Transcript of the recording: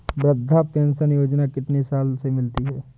वृद्धा पेंशन योजना कितनी साल से मिलती है?